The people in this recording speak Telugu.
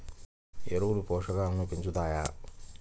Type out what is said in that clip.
ఎరువులు పోషకాలను పెంచుతాయా?